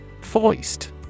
Foist